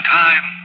time